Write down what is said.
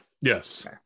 Yes